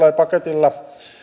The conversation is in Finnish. ja paketilla